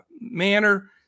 manner